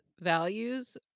values